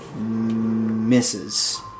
misses